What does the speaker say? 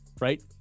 right